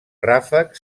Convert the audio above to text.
ràfec